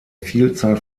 vielzahl